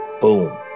boom